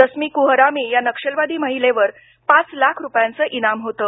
दस्मी कुहरामी ह्या नक्षलवादी महिलेवर पाच लाख रुपयांचं इनाम होतं